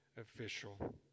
official